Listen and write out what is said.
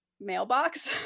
mailbox